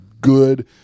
good